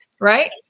right